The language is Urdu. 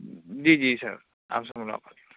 جی جی سر آپ سے ملاقات